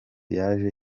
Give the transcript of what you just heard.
yaje